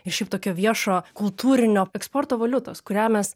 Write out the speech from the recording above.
ir šiaip tokio viešo kultūrinio eksporto valiutos kurią mes